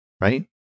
right